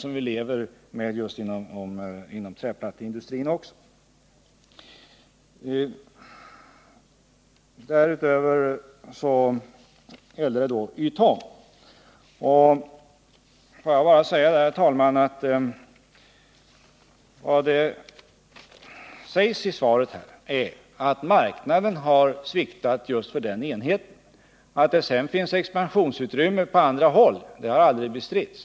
Vad beträffar Norrlands Ytong vill jag bara framhålla att det i svaret sägs att marknaden har sviktat för just den här aktuella enheten. Att det sedan finns expansionsutrymme på andra håll har aldrig bestritts.